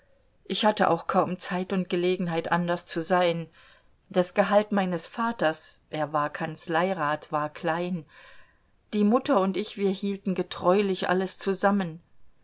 ich hatte auch kaum zeit und gelegenheit anders zu sein das gehalt meines vaters er war kanzleirat war klein die mutter und ich wir hielten getreulich alles zusammen